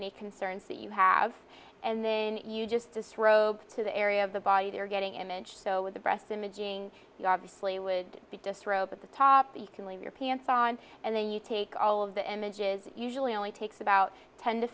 any concerns that you have and then you just disrobe to the area of the body they're getting image so with the breast imaging you obviously would be disrobed at the top the can leave your pants on and then you take all of the images usually only takes about ten to